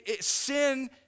sin